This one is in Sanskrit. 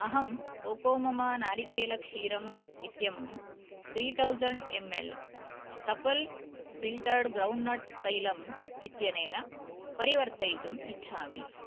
अहं कोकोममा नारिकेलक्षीरम् इत्यमुं three thousand M L Safal filtered groundnut तैलम् इत्यनेन परिवर्तयितुम् इच्छामि